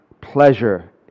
pleasure